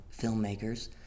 filmmakers